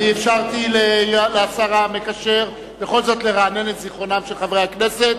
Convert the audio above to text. אפשרתי לשר המקשר בכל זאת לרענן את זיכרונם של חברי הכנסת.